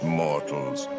mortals